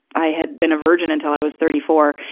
i had been a virgin until i was thirty four.